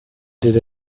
did